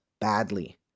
badly